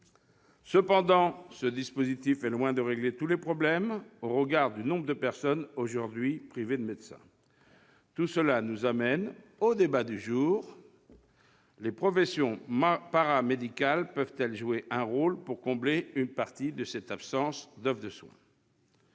Cependant, ce dispositif est loin de régler tous les problèmes, au regard du nombre de personnes aujourd'hui privées de médecins. Ces réflexions nous conduisent au débat du jour : les professions paramédicales peuvent-elles jouer un rôle pour combler une partie de cette absence d'offre de soins ?